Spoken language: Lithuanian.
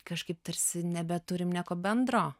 kažkaip tarsi nebeturim nieko bendro